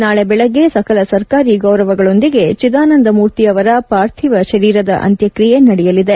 ನಾಳೆಬೆಳಗ್ಗೆ ಸಕಲ ಸರ್ಕಾರಿ ಗೌರವಗಳೊಂದಿಗೆ ಚಿದಾನಂದಮೂರ್ತಿಯವರ ಪಾರ್ಥಿವ ಶರೀರದ ಅಂತ್ಮಕ್ರಿಯೆ ನಡೆಯಲಿದೆ